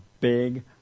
big